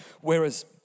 whereas